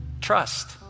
trust